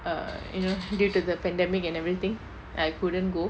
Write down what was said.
err you know due to the pandemic and everything I couldn't go